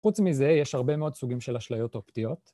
‫חוץ מזה, יש הרבה מאוד סוגים ‫של אשליות אופטיות.